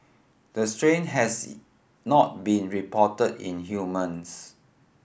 the strain has not been reported in humans